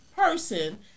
person